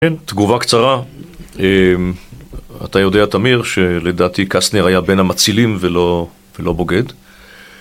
תגובה קצרה. אתה יודע, תמיר, שלדעתי קסנר היה בין המצילים ולא בוגד.